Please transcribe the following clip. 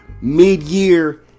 mid-year